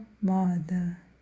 mother